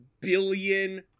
billion